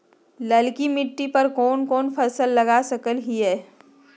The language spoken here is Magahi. ललकी मिट्टी पर कोन कोन फसल लगा सकय हियय?